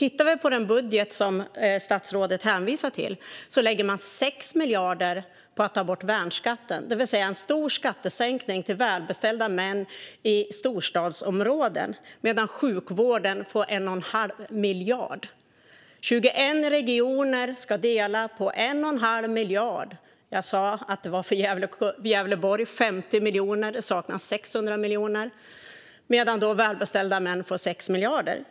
I den budget som statsrådet hänvisar till lägger man 6 miljarder på att ta bort värnskatten, det vill säga en stor skattesänkning för välbeställda män i storstadsområden, medan sjukvården får 1 1⁄2 miljard. 21 regioner ska dela på 1 1⁄2 miljard. Jag sa att det för Gävleborg blir 50 miljoner - det saknas 600 miljoner - medan välbeställda män får 6 miljarder.